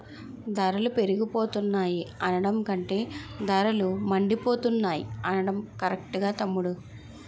ధరలు పెరిగిపోతున్నాయి అనడం కంటే ధరలు మండిపోతున్నాయ్ అనడం కరెక్టురా తమ్ముడూ